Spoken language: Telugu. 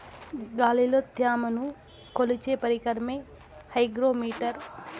గాలిలో త్యమను కొలిచే పరికరమే హైగ్రో మిటర్